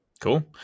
Cool